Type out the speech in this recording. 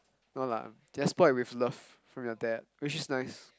no lah you are spoilt with love from your dad which is nice